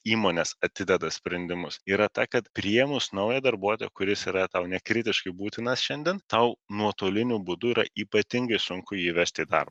įmonės atideda sprendimus yra ta kad priėmus naują darbuotoją kuris yra tau nekritiškai būtinas šiandien tau nuotoliniu būdu yra ypatingai sunku jį įvesti į darbą